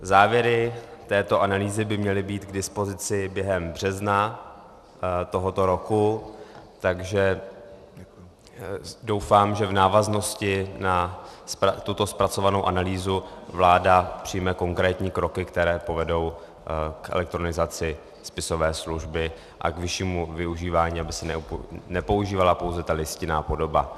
Závěry této analýzy by měly být k dispozici během března tohoto roku, takže doufám, že v návaznosti na tuto zpracovanou analýzu vláda přijme konkrétní kroky, které povedou k elektronizace spisové služby a k vyššímu využívání, aby se nepoužívala pouze ta listinná podoba.